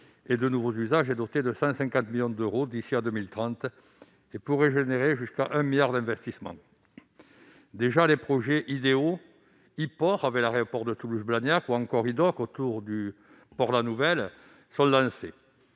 et de nouveaux usages est doté de 150 millions d'euros d'ici à 2030 et pourrait générer jusqu'à un milliard d'euros d'investissements. Déjà, les projets HyDéO, HyPort à l'aéroport de Toulouse-Blagnac ou encore Hyd'Occ à Port-La-Nouvelle sont lancés.